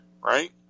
right